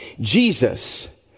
Jesus